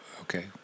Okay